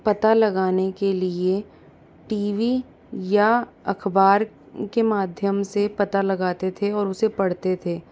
पता लगाने के लिए टी वी या अखबार के माध्यम से पता लगाते थे और उसे पढ़ते थे